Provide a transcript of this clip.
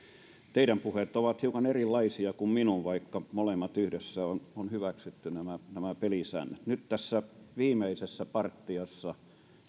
teidän puheenne ovat hiukan erilaisia kuin minun vaikka olemme molemmat yhdessä hyväksyneet nämä pelisäännöt nyt tässä viimeisessä partiassa